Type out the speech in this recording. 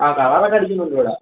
ആ കളറൊക്കെ അടിക്കുന്നുണ്ട് ഇവിടെ